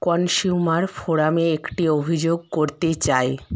consumer ফোরামে একটি অভিযোগ করতে চাই